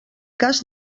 cas